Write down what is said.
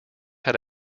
had